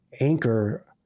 anchor